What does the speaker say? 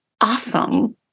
awesome